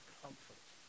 comfort